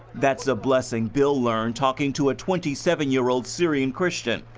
that's the blessing bill learned talking to a twenty seven year old syrian christian,